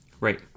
Right